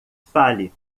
fale